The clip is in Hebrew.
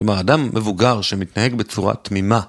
אדם מבוגר שמתנהג בצורה תמימה